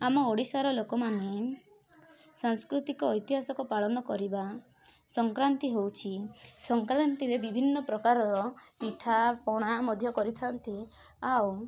ଆମ ଓଡ଼ିଶାର ଲୋକମାନେ ସାଂସ୍କୃତିକ ଐତିହାସିକ ପାଳନ କରିବା ସଂକ୍ରାନ୍ତି ହେଉଛି ସଂକ୍ରାନ୍ତିରେ ବିଭିନ୍ନ ପ୍ରକାରର ପିଠା ପଣା ମଧ୍ୟ କରିଥାନ୍ତି ଆଉ